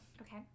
Okay